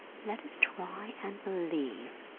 let us try and believe,